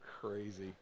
crazy